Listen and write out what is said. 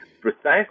precisely